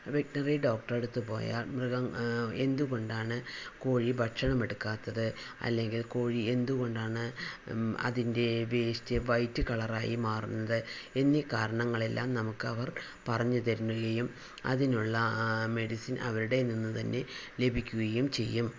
veterinary ഡോക്ടറുടെയടുത്തു പോയാൽ മൃഗങ്ങൾ എന്തുകൊണ്ടാണ് കോഴി ഭക്ഷണം എടുക്കാത്തത് അല്ലെങ്കിൽ കോഴി എന്തുകൊണ്ടാണ് അതിൻ്റെ വേസ്റ്റ് വൈറ്റ് കളറായി മാറുന്നത് എന്നീ കാരണങ്ങളെല്ലാം നമുക്ക് അവർ പറഞ്ഞു തരികയും അതിനുള്ള മെഡിസിൻ അവിടെ നിന്ന് തന്നെ ലഭിക്കുകയും ചെയ്യും